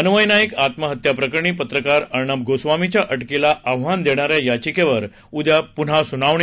अन्वय नाईक आत्महत्या प्रकरणी पत्रकार अर्णब गोस्वामीच्या अटकेला आव्हान देणाऱ्या याचिकेवर उद्या पुन्हा सुनावणी